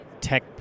tech